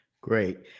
Great